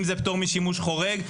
אם זה פטור משימוש חורג,